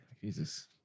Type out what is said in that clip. Jesus